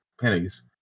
pennies